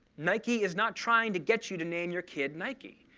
nike is not trying to get you to name your kid nike.